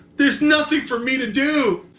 there's nothing for me to do.